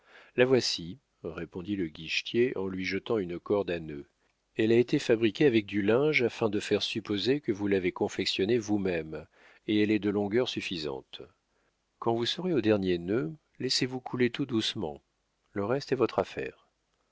la voici répondit le guichetier en lui jetant une corde à nœuds elle a été fabriquée avec du linge afin de faire supposer que vous l'avez confectionnée vous-même et elle est de longueur suffisante quand vous serez au dernier nœud laissez-vous couler tout doucement le reste est votre affaire